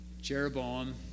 Jeroboam